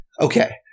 Okay